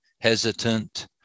hesitant